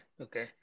okay